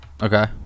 Okay